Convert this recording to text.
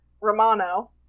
Romano